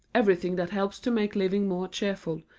everything that helps to make living more cheerful,